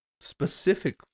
specific